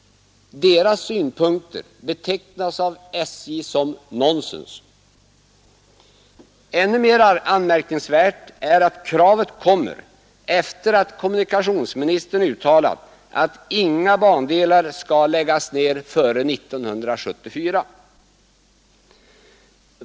Deras synpunkter betecknas av SJ som nonsens. Ännu mera anmärkningsvärt är att kravet kommer efter det att kommunikationsministern uttalat att inga bandelar skall läggas ner före 1974.